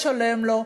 משלם לו,